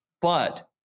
But-